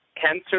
cancer